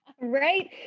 Right